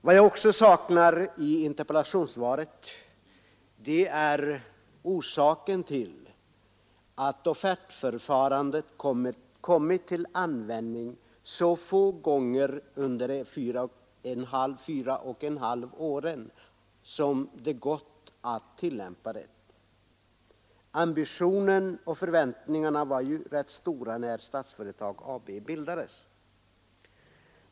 Vad jag också saknar i interpellationssvaret är orsaken till att offertförfarandet kommit till användning så få gånger under de fyra och ett halvt år som det varit möjligt att tillämpa det. Ambitionen och förväntningarna var ju stora när Statsföretag AB bildades.